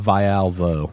Vialvo